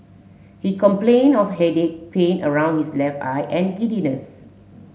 he complained of headache pain around his left eye and giddiness